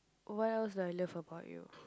what else that I love about you